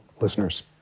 listeners